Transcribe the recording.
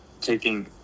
taking